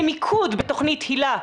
במיקוד בתכנית היל"ה,